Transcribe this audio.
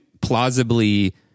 plausibly